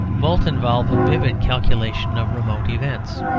both involve a vivid calculation of remote events.